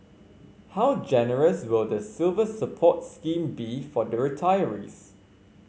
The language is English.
how generous will the Silver Support scheme be for the retirees